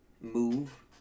Move